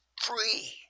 free